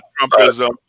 Trumpism